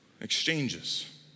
Exchanges